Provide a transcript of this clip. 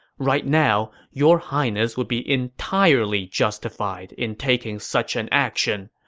right now, your highness would be entirely justified in taking such an action.